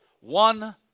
one